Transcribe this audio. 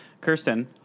Kirsten